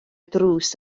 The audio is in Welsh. drws